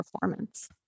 performance